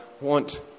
want